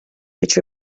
which